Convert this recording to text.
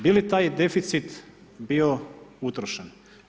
Bi li taj deficit bio utrošen?